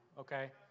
okay